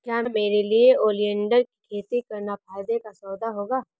क्या मेरे लिए ओलियंडर की खेती करना फायदे का सौदा होगा?